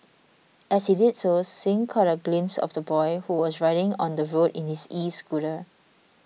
as he did so Singh caught a glimpse of the boy who was riding on the road in his escooter